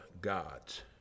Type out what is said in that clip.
gods